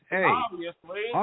Hey